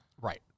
Right